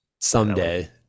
someday